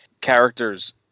characters